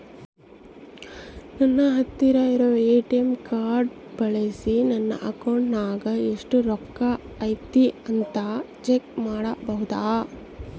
ನನ್ನ ಹತ್ತಿರ ಇರುವ ಎ.ಟಿ.ಎಂ ಕಾರ್ಡ್ ಬಳಿಸಿ ನನ್ನ ಅಕೌಂಟಿನಾಗ ಎಷ್ಟು ರೊಕ್ಕ ಐತಿ ಅಂತಾ ಚೆಕ್ ಮಾಡಬಹುದಾ?